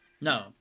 No